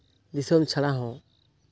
ᱫᱤᱥᱚᱢ ᱪᱷᱟᱲᱟ ᱦᱚᱸ